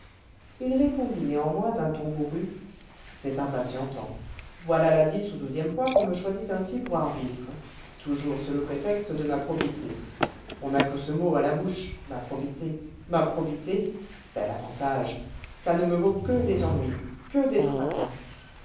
il répondit néanmoins d'un ton bourru c'est impatientant voilà la dix ou douzième fois qu'on me choisit ainsi pour arbitre toujours sous le prétexte de ma probité on n'a que ce mot à la bouche ma probité ma probité bel avantage ça ne me vaut que des ennuis que des tracas